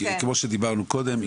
כמו שדיברנו קודם,